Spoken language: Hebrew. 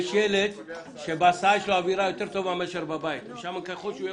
יש ילד שבהסעה יש לו אווירה יותר טובה מאשר בבית וככל שהוא יהיה